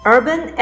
Urban